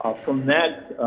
from that